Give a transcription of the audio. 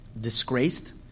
disgraced